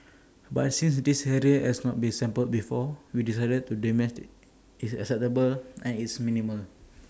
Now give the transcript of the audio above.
but since this area has not been sampled before we decided the damage is acceptable and it's minimal